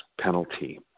penalty